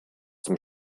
zum